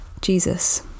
Jesus